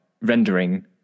rendering